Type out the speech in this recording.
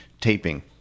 taping